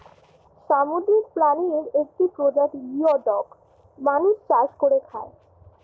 সামুদ্রিক প্রাণীর একটি প্রজাতি গিওডক মানুষ চাষ করে খায়